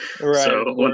Right